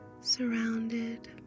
surrounded